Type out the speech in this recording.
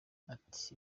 ati